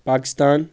Pakistan